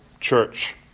church